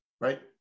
right